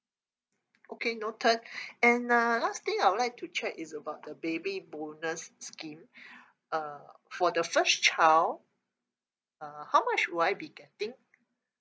okay noted and uh last thing I would like to check is about the baby bonus scheme uh for the first child uh how much would I be getting